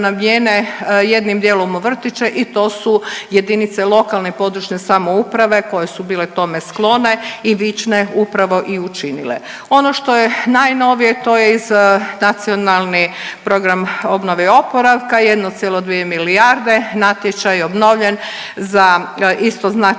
jednim dijelom u vrtiće i to su jedinice lokalne i područne samouprave koje su bile tome sklone i vične upravo i učinile. Ono što je najnovije to je iz Nacionalni program obnove i oporavka 1,2 milijarde, natječaj je obnovljen za isto